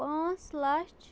پانٛژھ لَچھ